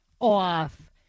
off